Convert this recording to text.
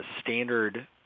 standard